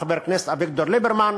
חבר הכנסת אביגדור ליברמן,